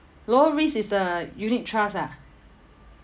low risk is the unit trust ah